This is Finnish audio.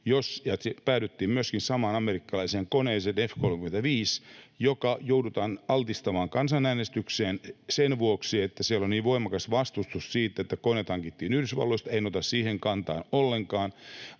päädyttiin myöskin samaan amerikkalaiseen koneeseen F-35 — joka joudutaan altistamaan kansanäänestykselle sen vuoksi, että siellä on niin voimakas vastustus siitä, että koneet hankittiin Yhdysvalloista. En ota siihen kantaa ollenkaan,